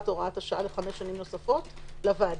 הוראת השעה לחמש שנים נוספות לוועדה,